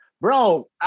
Bro